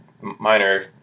minor